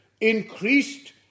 increased